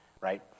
right